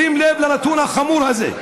שים לב לנתון החמור הזה.